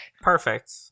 Perfect